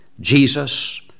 Jesus